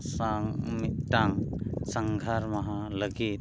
ᱥᱟᱶ ᱢᱤᱫᱴᱟᱝ ᱥᱟᱸᱜᱷᱟᱨ ᱢᱟᱦᱟ ᱞᱟᱹᱜᱤᱫ